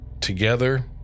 Together